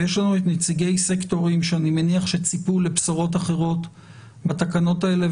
ויש לנו את נציגי הסקטורים שאני מניח שציפו לבשורות אחרות בתקנות האלה,